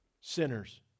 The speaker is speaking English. sinners